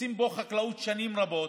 שעושים בו חקלאות שנים רבות.